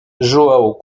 joão